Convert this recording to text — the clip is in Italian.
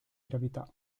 gravità